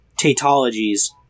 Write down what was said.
tautologies